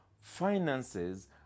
finances